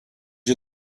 you